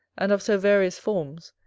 and of so various forms,